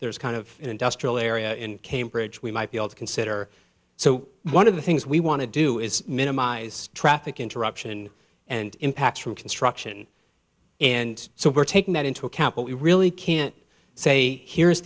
there's kind of an industrial area in cambridge we might be able to consider so one of the things we want to do is minimize traffic interruption and impacts from construction and so we're taking that into account but we really can't say here's